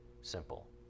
simple